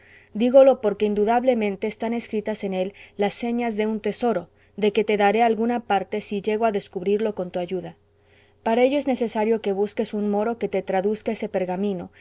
dígolo porque indudablemente están escritas en él las señas de un tesoro de que te daré alguna parte si llego a descubrirlo con tu ayuda para ello es necesario que busques un moro que te traduzca ese pergamino